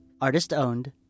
artist-owned